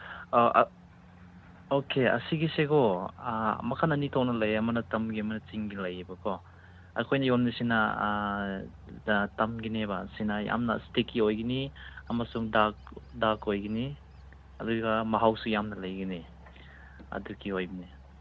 ꯑꯣ ꯑꯣꯀꯦ ꯑꯁꯤꯒꯤꯁꯦꯀꯣ ꯃꯈꯜ ꯑꯅꯤ ꯊꯣꯛꯅ ꯂꯩꯌꯦ ꯑꯃꯅ ꯇꯝꯒꯤ ꯑꯃꯅ ꯆꯤꯡꯒꯤ ꯂꯩꯌꯦꯕꯀꯣ ꯑꯩꯈꯣꯏꯅ ꯌꯣꯟꯕꯁꯤꯅ ꯇꯝꯒꯤꯅꯦꯕ ꯁꯤꯅ ꯌꯥꯝꯅ ꯏꯁꯇꯤꯀꯤ ꯑꯣꯏꯒꯅꯤ ꯑꯃꯁꯨꯡ ꯗꯥꯛ ꯗꯥꯛ ꯑꯣꯏꯒꯅꯤ ꯑꯗꯨꯒ ꯃꯍꯥꯎꯁꯨ ꯌꯥꯝꯅ ꯂꯩꯒꯅꯤ ꯑꯗꯨꯒꯤ ꯑꯣꯏꯕꯅꯦ